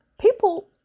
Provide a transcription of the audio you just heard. people